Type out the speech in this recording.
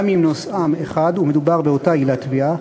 גם אם נושאם אחד ומדובר באותה עילת תביעה,